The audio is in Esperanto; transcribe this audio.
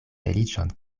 feliĉon